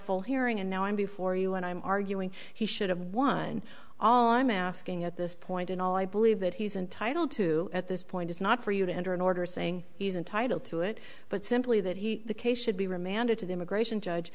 full hearing and now i'm before you and i'm arguing he should have one all i'm asking at this point and all i believe that he's entitled to at this point is not for you to enter an order saying he's entitled to it but simply that he the case should be remanded to the immigration judge